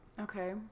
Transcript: Okay